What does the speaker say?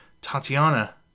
Tatiana